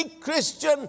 Christian